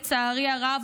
לצערי הרב,